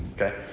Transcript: okay